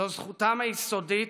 זו זכותם היסודית,